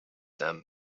them